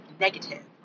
negative